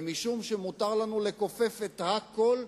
ומשום שמותר לנו לכופף את הכול,